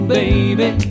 baby